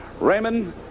Raymond